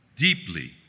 deeply